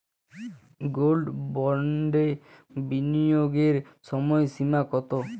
Gold বন্ডে বিনিয়োগের সময়সীমা কতো?